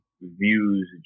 views